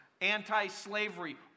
anti-slavery